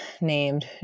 named